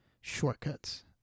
shortcuts